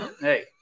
Hey